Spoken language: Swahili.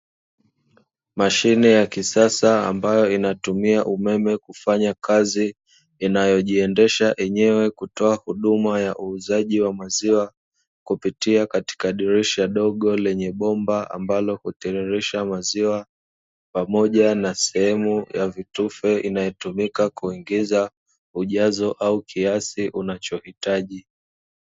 Mashine ya kisasa, ambayo inatumia umeme kufanya kazi, inayojiendesha yenyewe kutoa huduma ya uuzaji wa maziwa kupitia katika dirisha dogo lenye bomba ambalo hutiririsha maziwa pamoja na sehemu ya vitufe inayotumika kuingiza ujazo au kiasi unachohitaji.